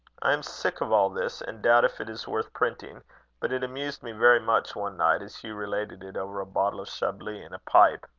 i am sick of all this, and doubt if it is worth printing but it amused me very much one night as hugh related it over a bottle of chablis and a pipe.